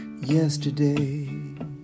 Yesterday